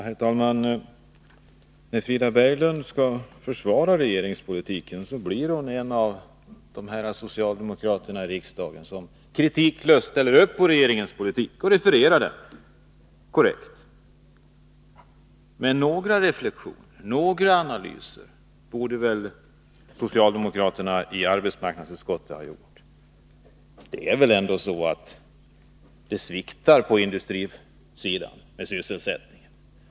Herr talman! När Frida Berglund skall försvara regeringspolitiken blir hon en av de socialdemokrater i riksdagen som kritiklöst ställer upp på regeringens politik och refererar den — korrekt. Men några reflexioner, några analyser borde väl socialdemokraterna i arbetsmarknadsutskottet ha gjort! Det är väl ändå så att sysselsättningen på industrisidan sviktar!